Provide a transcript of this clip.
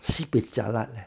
sibeh jialat leh